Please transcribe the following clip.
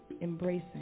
embracing